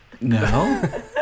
no